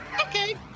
Okay